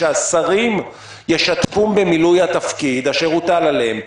שהשרים ישתפום במילוי התפקיד אשר הוטל עליהם,